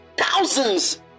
Thousands